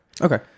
okay